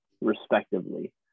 respectively